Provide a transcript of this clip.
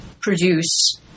produce